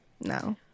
No